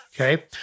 okay